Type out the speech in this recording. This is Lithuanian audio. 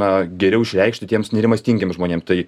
na geriau išreikšti tiems nerimastingiem žmonėm tai